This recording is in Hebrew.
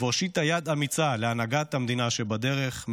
והושיטה יד אמיצה להנהגת המדינה שבדרך,